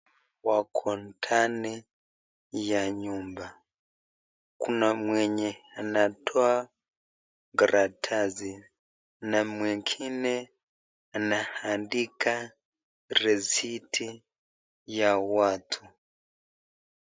Wako ndani ya nyumba, kuna mwenye anatoa karatasi na mwengine anaandika risiti ya watu.